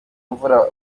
mvura